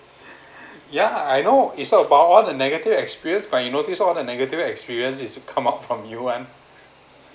ya I know it's about all the negative experience but you notice all that negative experience is it come up from you one